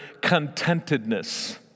contentedness